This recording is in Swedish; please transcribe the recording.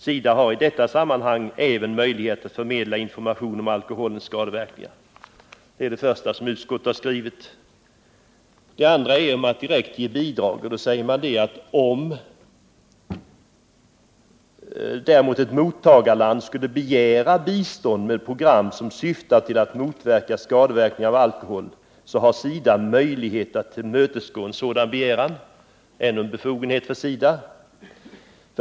SIDA har i detta sammanhang även möjlighet att förmedla information om alkoholens skadeverkningar.” Det är det första som utskottet skriver. När det gäller att direkt ge bidrag säger utskottet: ”Om däremot ett mottagarland skulle begära bistånd med program som syftar till att motverka skadeverkningar av alkohol, har SIDA möjlighet att tillmötesgå en sådan begäran.” Det innebär ännu en befogenhet för SIDA.